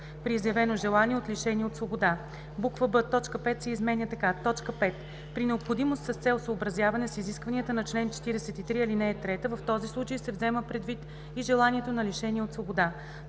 при изявено желание от лишения от свобода;“; б) точка 5 се изменя така: „5. при необходимост с цел съобразяване с изискванията на чл. 43, ал. 3; в този случай се взема предвид и желанието на лишения от свобода.“